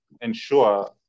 ensure